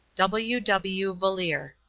w. w. valeer.